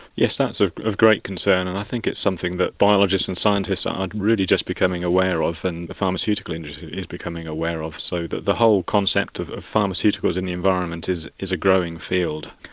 yes, that's of of great concern and i think it's something that biologists and scientists are really just becoming aware of and the pharmaceutical industry is becoming aware of. so the the whole concept of of pharmaceuticals in the environment is is a growing field,